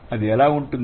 అది ఎలా ఉంటుంది